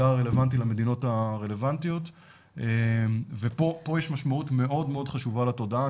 הרלוונטי למדינות הרלוונטיות ופה יש משמעות מאוד מאוד חשובה לתודעה.